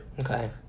Okay